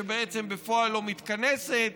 שבעצם בפועל לא מתכנסת.